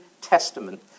testament